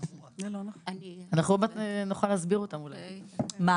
רק אם אפשר להמשיך בעוד שאלה אחת, אם